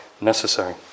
necessary